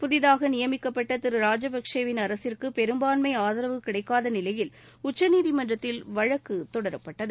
புதிதாக நியமிக்கப்பட்ட திரு ராஜபக்சே வின் அரசிற்கு பெரும்பான்மை ஆதரவு கிடைக்காத நிலையில் உச்சநீதிமன்றத்தில் வழக்கு தொடரப்பட்டது